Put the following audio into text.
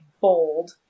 bold